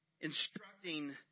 instructing